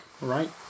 Right